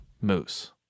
moose